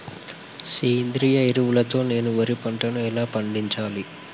సేంద్రీయ ఎరువుల తో నేను వరి పంటను ఎలా పండించాలి?